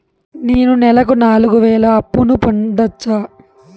నేను నెలకు నాలుగు వేలు అప్పును పొందొచ్చా?